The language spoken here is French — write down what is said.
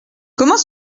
comment